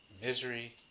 Misery